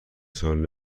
ساله